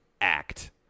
act